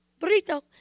burrito